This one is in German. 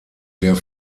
der